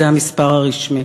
זה המספר הרשמי.